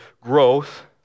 growth